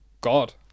God